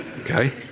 okay